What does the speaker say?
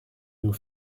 nous